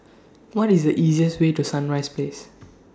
What IS The easiest Way to Sunrise Place